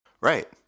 right